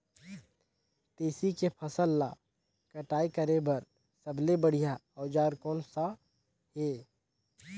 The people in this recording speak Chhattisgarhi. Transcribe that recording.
तेसी के फसल ला कटाई करे बार सबले बढ़िया औजार कोन सा हे?